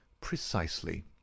Precisely